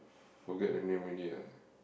forget the name already lah